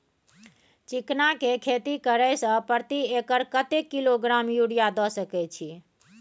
चिकना के खेती करे से प्रति एकर कतेक किलोग्राम यूरिया द सके छी?